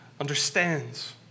understands